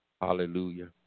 Hallelujah